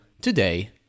today